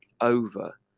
over